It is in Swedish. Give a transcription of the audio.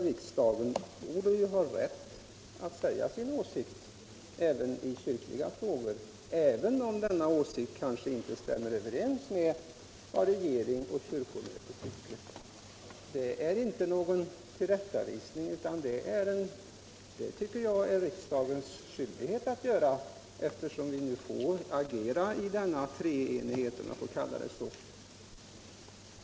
Riksdagen borde ha rätt att säga sin mening också i kyrkliga frågor, även om denna åsikt inte överensstämmer med vad regeringen och kyrkomötet anser. Det innebär inte någon tillrättavisning, utan jag tycker att det är riksdagens skyldighet att framföra sin åsikt, eftersom vi nu får agera i denna treenighet — om jag får uttrycka mig så.